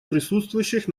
присутствующих